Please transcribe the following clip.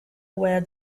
where